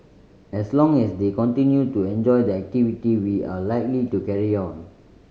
as long as they continue to enjoy the activity we are likely to carry on